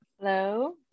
hello